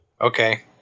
Okay